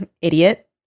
idiot